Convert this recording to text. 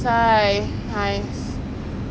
I heard anu's birthday she doing chalet